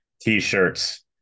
t-shirts